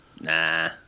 Nah